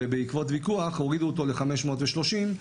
ובעקבות ויכוח הורידו אותו ל-530 שקלים,